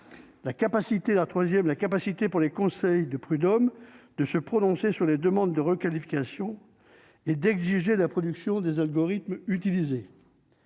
inversée ; troisièmement, la capacité pour les conseils de prud'hommes de se prononcer sur les demandes de requalification et d'exiger la production des algorithmes utilisés.